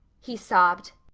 he sobbed.